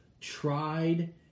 tried